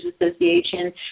Association